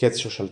- קץ שושלתו,